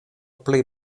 pli